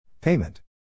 Payment